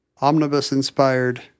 omnibus-inspired